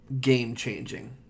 game-changing